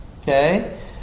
Okay